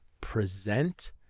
present